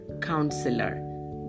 Counselor